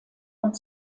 und